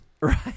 Right